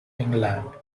england